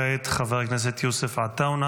כעת חבר הכנסת יוסף עטאונה.